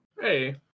Hey